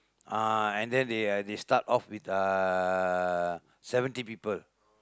ah and they they uh they start off with uh seventy people